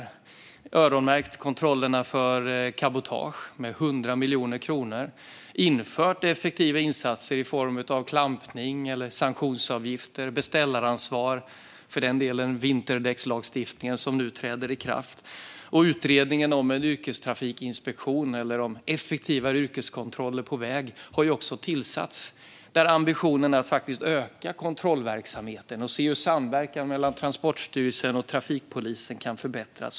Vi har öronmärkt 100 miljoner kronor till kontroller av cabotage och infört effektiva insatser i form av klampning, sanktionsavgifter och beställaransvar. Det gäller för den delen även vinterdäckslagstiftningen, som nu träder i kraft. Utredningen om en yrkestrafikinspektion, eller om effektivare yrkeskontroller på väg, har ju också tillsatts. Ambitionen är att utöka kontrollverksamheten och att se hur samverkan mellan Transportstyrelsen och trafikpolisen kan förbättras.